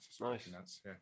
Nice